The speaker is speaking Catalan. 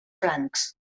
francs